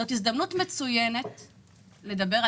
זאת הזדמנות מצוינת לדבר.